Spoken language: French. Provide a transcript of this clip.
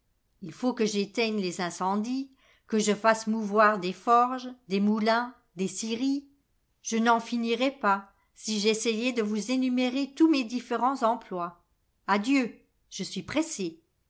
il faut que j'éteigne les incendies que je fasse mouvoir des forges des moulins des scieries je n'en hnirais pas si j'essayais de vous énumérer tous mes différents emplois adieu je suis pressé